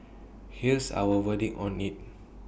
here's our verdict on IT